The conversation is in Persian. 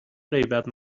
غیبت